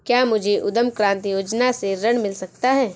क्या मुझे उद्यम क्रांति योजना से ऋण मिल सकता है?